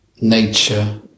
nature